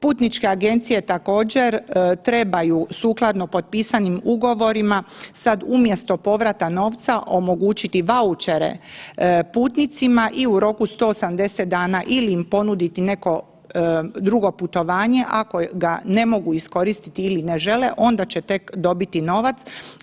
Putničke agencije, također, trebaju sukladno potpisanim ugovorima, sad umjesto povrata novca omogućiti vaučere putnicima i u roku 180 dana ili im ponuditi neko drugo putanje, ako ga ne mogu iskoristiti ili ne žele, onda će tek dobiti novac.